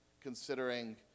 considering